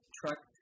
truck